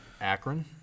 Akron